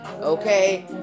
Okay